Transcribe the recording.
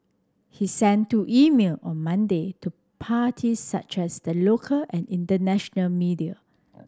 he sent two email on Monday to parties such as the local and international media